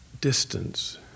distance